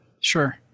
Sure